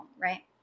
Right